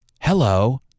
Hello